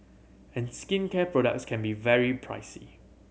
and skincare products can be very pricey